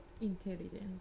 intelligent